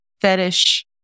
fetish